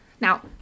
Now